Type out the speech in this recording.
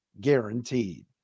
guaranteed